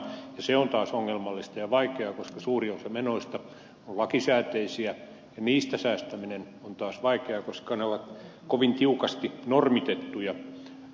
se on taas ongelmallista ja vaikeaa koska suuri osa menoista on lakisääteisiä ja niistä säästäminen on taas vaikeaa koska ne ovat kovin tiukasti normitettuja kunnille